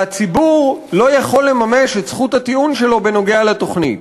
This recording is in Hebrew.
והציבור לא יכול לממש את זכות הטיעון שלנו בנוגע לתוכנית.